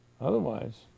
Otherwise